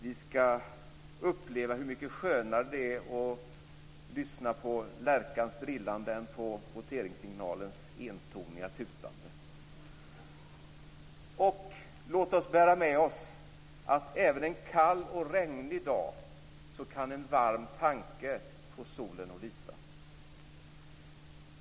Vi skall uppleva hur mycket skönare det är att lyssna på lärkans drillande än på voteringssignalens entoniga tutande. Låt oss bära med oss att även en kall och regnig dag kan en varm tanke få solen att lysa.